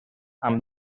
amb